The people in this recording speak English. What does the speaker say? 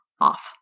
off